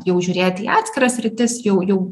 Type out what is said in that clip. jau žiūrėti į atskiras sritis jau jau